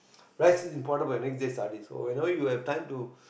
rest is important for your next day studies so whenever you have time to